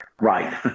Right